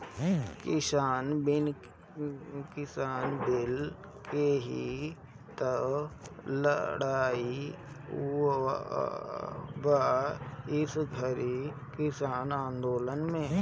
किसान बिल के ही तअ लड़ाई बा ई घरी किसान आन्दोलन में